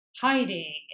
hiding